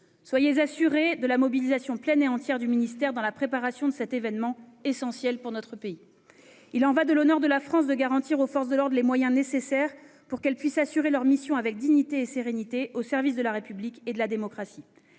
Soyez assurés de la mobilisation pleine et entière du ministère dans la préparation de cet événement majeur pour notre pays. Il y va de l'honneur de la France : nous devons garantir aux forces de l'ordre les moyens d'exercer leurs missions avec dignité et sérénité, au service de la République et de la démocratie.